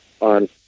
on